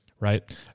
Right